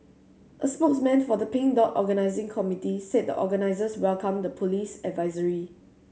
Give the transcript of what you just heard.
a spokesman for the Pink Dot organising committee said the organisers welcomed the police advisory